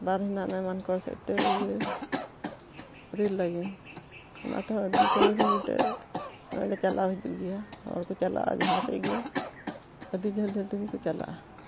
ᱵᱟᱸᱫᱽ ᱢᱮᱱᱟᱜ ᱢᱟᱱᱠᱚᱨ ᱥᱮᱫ ᱛᱮ ᱤᱭᱟᱹ ᱨᱮᱹᱞ ᱞᱟᱭᱤᱱ ᱚᱱᱟ ᱛᱮᱦᱚᱸ ᱟᱹᱰᱤ ᱥᱟᱺᱜᱤᱧ ᱥᱟᱺᱜᱤᱧ ᱛᱮ ᱱᱚᱜᱼᱚᱭ ᱞᱮ ᱪᱟᱞᱟᱣ ᱦᱤᱡᱩᱜ ᱜᱮᱭᱟ ᱦᱚᱲ ᱠᱚ ᱪᱟᱞᱟᱜᱼᱟ ᱡᱟᱦᱟᱸ ᱥᱮᱫ ᱜᱮ ᱟᱹᱰᱤ ᱡᱷᱟᱹᱞ ᱡᱷᱟᱹᱞ ᱠᱚ ᱪᱟᱞᱟᱜᱼᱟ